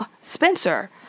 Spencer